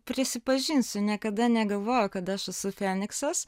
prisipažinsiu niekada negalvojau kad aš esu feniksas